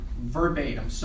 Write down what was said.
verbatim